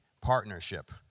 partnership